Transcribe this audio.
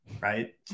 right